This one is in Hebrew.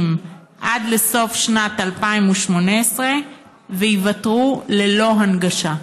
עד לסוף שנת 2018 וייוותרו ללא הנגשה?